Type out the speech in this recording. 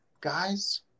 guys